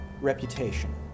reputation